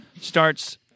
starts